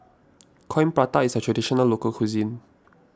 Coin Prata is a Traditional Local Cuisine